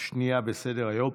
השנייה בסדר-היום,